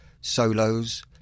solos